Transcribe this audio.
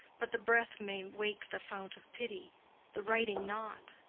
but the breath may wake the fount of pity the writing not.